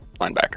linebacker